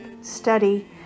study